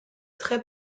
très